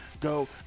go